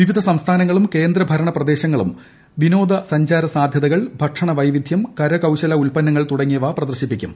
വിവിധ സംസ്ഥാനങ്ങളും കേന്ദ്ര ഭരണ പ്രദേശങ്ങളും വിനോദ സഞ്ചാര സാധൃതകൾ ഭക്ഷണ വൈവിധൃം കരകൌശല ഉൽപ്പന്നങ്ങൾ തുടങ്ങിയവ പ്രദർശിപ്പിക്കും